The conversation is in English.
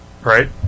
Right